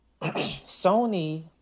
Sony